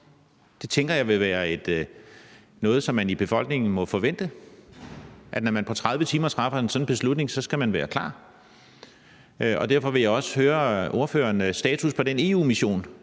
Det tænker jeg vil være noget, som man i befolkningen må forvente, altså at når man på 30 timer træffer en sådan beslutning, så skal man være klar. Derfor vil jeg også høre ordførerens status på den EU-mission,